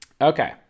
Okay